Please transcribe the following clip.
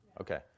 okay